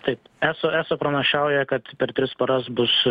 taip eso eso pranašauja kad per tris paras bus